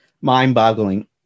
mind-boggling